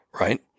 right